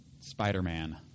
Spider-Man